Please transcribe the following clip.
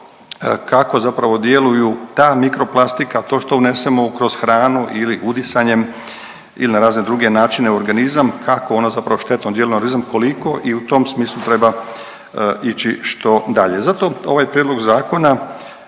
kako zapravo djeluju ta mikroplastika, to što unesemo kroz hranu ili udisanjem ili na razne druge načine u organizam kako ona zapravo štetno djeluje na organizam, koliko i u tom smislu treba ići što dalje. Zato ovaj prijedlog zakona